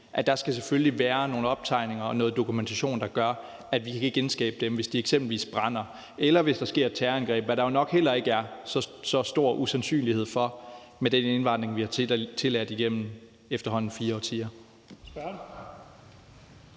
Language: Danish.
bygninger selvfølgelig skal være nogle optegninger og noget dokumentation, der gør, at vi kan genskabe dem, hvis de eksempelvis brænder, eller hvis der sker et terrorangreb, hvad der jo nok heller ikke er så stor usandsynlighed for med den indvandring, vi har tilladt igennem efterhånden fire årtier.